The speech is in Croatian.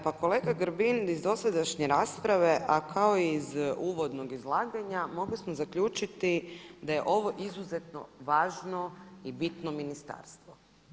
Pa kolega Grbin iz dosadašnje rasprave a kao i iz uvodnog izlaganja mogli smo zaključiti da je ovo izuzetno važno i bitno ministarstvo.